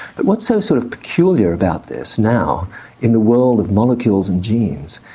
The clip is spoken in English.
but what's so sort of peculiar about this now in the world of molecules and genes,